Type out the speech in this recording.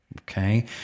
Okay